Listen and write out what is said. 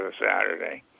Saturday